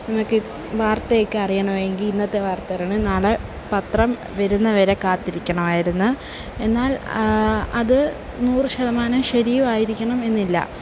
നമുക്ക് വാർത്തയൊക്കെ അറിയണമെങ്കിൽ ഇന്നത്തെ വാർത്ത അറിയണമെങ്കിൽ നാളെ പത്രം വരുന്നതു വരെ കാത്തിരിക്കണമായിരുന്നു എന്നാൽ അത് നൂറ് ശതമാനം ശരിയും ആയിരിക്കണമെന്നില്ല